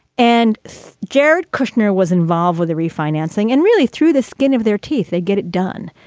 and jared kushner was involved with the refinancing and really through the skin of their teeth, they get it done.